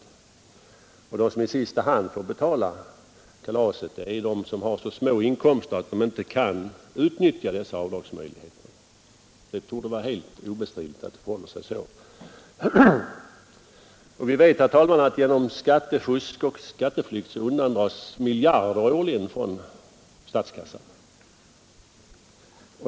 Och det torde vara obestridligt att de som i sista hand får betala kalaset är de som har så små inkomster att de inte kan utnyttja dessa avdragsmöjligheter. Vi vet, herr talman, att genom skattefusk och skatteflykt miljarder årligen undandras statskassan.